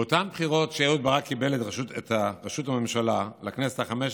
באותן בחירות שאהוד ברק קיבל בהן את ראשות הממשלה לכנסת החמש-עשרה,